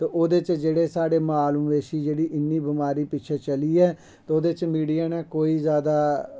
ते ओह्दे च जेह्ड़े साढ़े माल मवेशी जेह्ड़ी इन्नी बमारी पिच्छें चली ऐ ओह्दे च मिडिया नै कोई जैदा